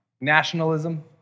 nationalism